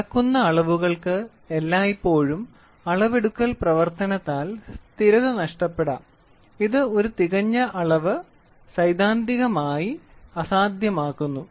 അളക്കുന്ന അളവുകൾക്ക് എല്ലായ്പ്പോഴും അളവെടുക്കൽ പ്രവർത്തനത്താൽ സ്ഥിരത നഷ്ടപ്പെടാം ഇത് ഒരു തികഞ്ഞ അളവ് സൈദ്ധാന്തികമായി അസാധ്യമാക്കുന്നു